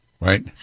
right